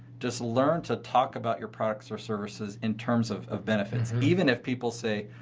just learn to talk about your products or services in terms of of benefits. even if people say,